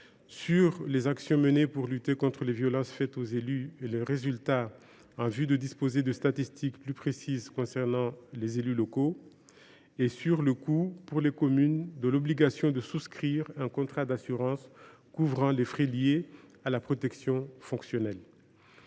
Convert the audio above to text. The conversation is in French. sur les actions menées pour lutter contre les violences faites aux élus et sur leurs résultats, en vue de disposer de statistiques plus précises concernant les élus locaux ; enfin, sur le coût, pour les communes, de l’obligation de souscrire un contrat d’assurance couvrant les frais liés à la protection fonctionnelle.